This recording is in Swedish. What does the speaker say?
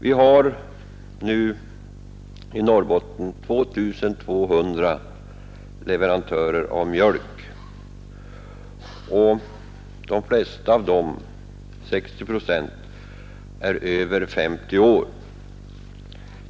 Vi har nu i Norrbotten 2 200 leverantörer av mjölk. De flesta av dem, 60 procent, är över 50 år.